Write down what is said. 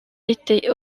été